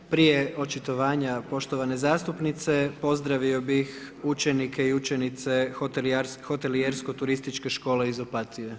Prije očitovanja poštovane zastupnice, pozdravio bih učenike i učenice Hotelijersko-turističke škole iz Opatije.